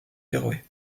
féroé